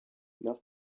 nach